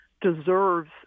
deserves